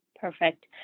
Perfect